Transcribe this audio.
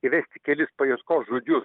įvesti kelis paieškos žodžiu